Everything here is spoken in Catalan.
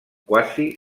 quasi